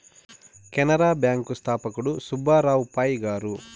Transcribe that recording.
Canara bank స్థాపకుడు సుబ్బారావు పాయ్ గారు